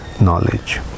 knowledge